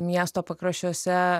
miesto pakraščiuose